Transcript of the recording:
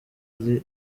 iryo